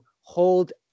hold